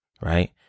right